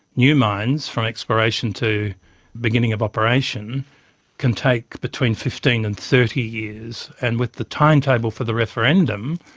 new mines from exploration to beginning of operation can take between fifteen and thirty years. and with the timetable for the referendum,